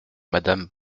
madame